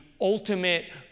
ultimate